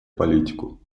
политику